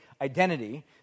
identity